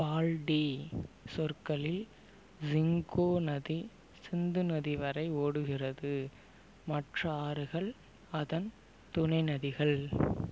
பால்டி சொற்களில் ரிங்கோ நதி சிந்து நதி வரை ஓடுகிறது மற்ற ஆறுகள் அதன் துணை நதிகள்